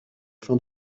fin